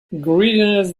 greediness